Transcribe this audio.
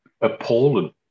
appalling